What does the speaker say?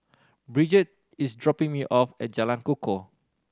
Bridget is dropping me off at Jalan Kukoh